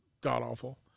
god-awful